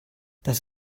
das